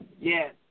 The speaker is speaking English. Yes